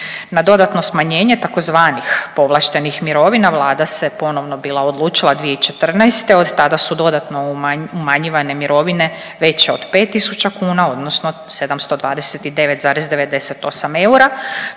Na dodatno smanjenje tzv. povlaštenih mirovina Vlada se ponovno bila odlučila 2014. Od tada su dodatno umanjivane mirovine veće od 5000 kuna, odnosno 729,98 eura